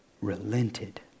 relented